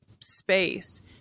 space